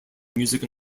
musical